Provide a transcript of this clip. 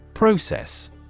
Process